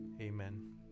Amen